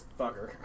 fucker